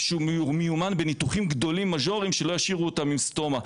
שהוא מיומן בניתוחים גדולים מז'וריים שלא ישאירו אותם עם סטומה,